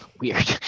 Weird